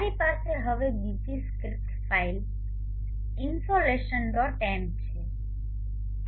મારી પાસે હવે બીજી script file insolation dot m છેં